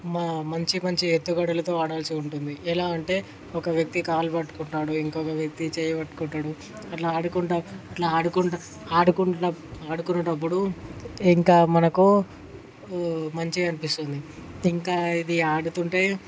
మా మంచి మంచి ఎత్తుగడలతో ఆడాల్సి ఉంటుంది ఎలా అంటే ఒక వ్యక్తి కాలు పట్టుకుంటాడు ఇంకొక వ్యక్తి చెయ్యి పట్టుకుంటాడు అట్లా ఆడుకుంటూ ఇట్లా ఆడుకుంటూ ఆడుకుంటూ ఆడుకునేటప్పుడు ఇంకా మనకు మంచిగా అనిపిస్తుంది ఇంకా ఇది ఆడుతుంటే